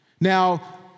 Now